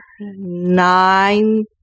nine